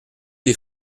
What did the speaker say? des